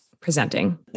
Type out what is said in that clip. presenting